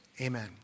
Amen